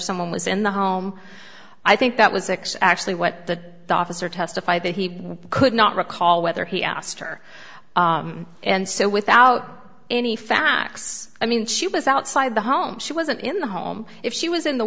someone was in the home i think that was six actually what the officer testified that he could not recall whether he asked her and so without any facts i mean she was outside the home she wasn't in the home if she was in the